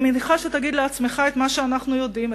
אני מניחה שתגיד לעצמך את מה שאנחנו יודעים,